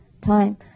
time